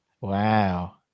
wow